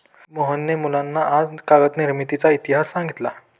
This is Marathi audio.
मोहनने मुलांना आज कागद निर्मितीचा इतिहास सांगितला